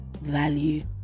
value